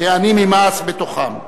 העני ממעש, בתוכם.